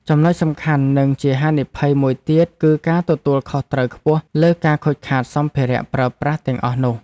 ចំណុចសំខាន់និងជាហានិភ័យមួយទៀតគឺការទទួលខុសត្រូវខ្ពស់លើការខូចខាតសម្ភារៈប្រើប្រាស់ទាំងអស់នោះ។